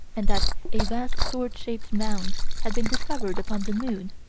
and that a vast sword-shaped mound has been discovered upon the moon